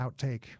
outtake